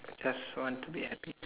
just want to be happy